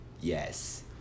Yes